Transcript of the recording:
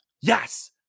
Yes